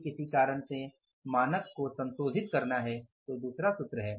यदि किसी कारण से मानक को संशोधित करना है तो दूसरा सूत्र है